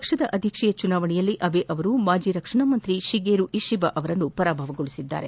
ಪಕ್ಷದ ಅಧ್ಯಕ್ಷೀಯ ಚುನಾವಣೆಯಲ್ಲಿ ಅಬೆ ಅವರು ಮಾಜಿ ರಕ್ಷಣಾ ಸಚಿವ ತಿಗೇರು ಇತಿಬಾ ಅವರನ್ನು ಪರಾಭವಗೊಳಿಸಿದ್ದಾರೆ